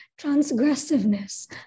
transgressiveness